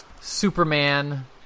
Superman